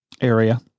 area